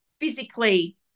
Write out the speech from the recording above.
physically